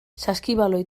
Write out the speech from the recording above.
saskibaloi